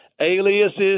aliases